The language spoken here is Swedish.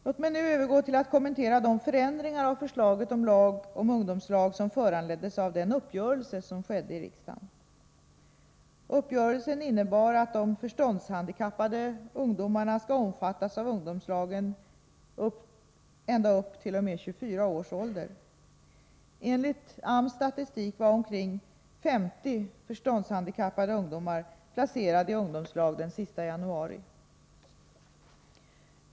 Låt mig nu övergå till att kommentera de förändringar av förslaget om lag om ungdomslag som föranleddes av den uppgörelse som skedde i riksdagen. Uppgörelsen innebar att de förståndshandikappade ungdomarna skall omfattas av ungdomslagen ända upp t.o.m. 24 års ålder. Enligt AMS statistik var omkring 50 förståndshandikappade ungdomar placerade i ungdomslag den sista januari.